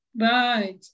Right